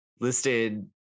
listed